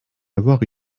avoir